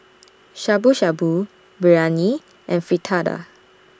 Shabu Shabu Biryani and Fritada